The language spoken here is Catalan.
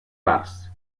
bars